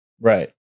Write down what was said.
Right